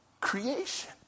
creation